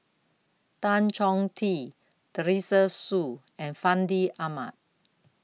Tan Chong Tee Teresa Hsu and Fandi Ahmad